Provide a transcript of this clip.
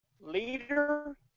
leader